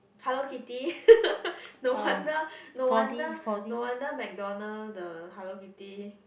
Hello Kitty no wonder no wonder no wonder McDonald the Hello-Kitty